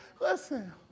Listen